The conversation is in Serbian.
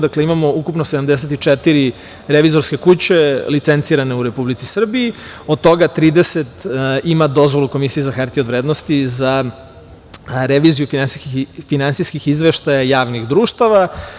Dakle, imamo ukupno 74 revizorske kuće licencirane u Republici Srbiji, od toga 30 ima dozvolu Komisije za hartije od vrednosti za reviziju finansijskih izveštaja javnih društava.